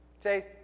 say